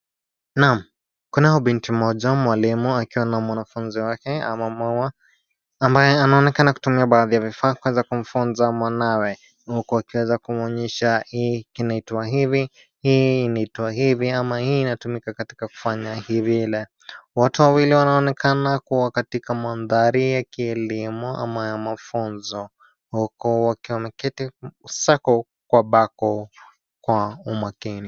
Naam, kunaye binti moja mwalimu akiwa na mwanafunzi wake ambaye anaonekana kutumia baadhi ya vifaa kuweza kumfunza mwanawe, huku akiweza kunyonyesha hii kinaitwa hivi, hii inaitwa hivi, ama hii inatumika katika kufanya vile. Watu hao wawili wanaonekana kuwa katika mandhari ya kielimu ama ya mafunzo. Huku wakiwa wameketi sako kwa bako kwa umakini.